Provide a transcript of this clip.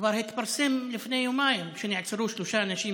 כבר התפרסם לפני יומיים שנעצרו שלושה אנשים,